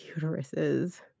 uteruses